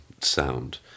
sound